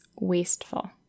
wasteful